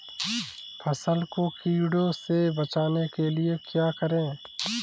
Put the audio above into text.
फसल को कीड़ों से बचाने के लिए क्या करें?